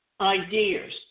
ideas